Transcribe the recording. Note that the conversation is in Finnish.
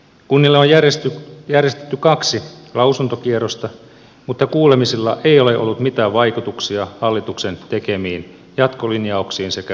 kunnille on järjestetty kaksi lausuntokierrosta mutta kuulemisilla ei ole ollut mitään vaikutuksia hallituksen tekemiin jatkolinjauksiin sekä lakiesityksen sisältöön